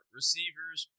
receivers